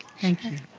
thank you.